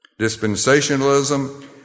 Dispensationalism